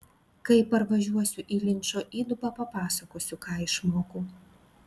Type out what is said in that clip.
kai parvažiuosiu į linčo įdubą papasakosiu ką išmokau